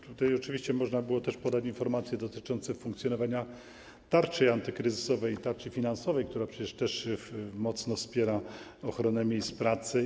Tutaj oczywiście można było podać też informacje dotyczące funkcjonowania tarczy antykryzysowej, tarczy finansowej, która przecież też mocno wspiera ochronę miejsc pracy.